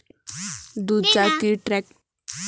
दुचाकी ट्रॅक्टर चालताना चालकाने पकडला आहे